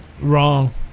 Wrong